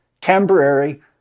temporary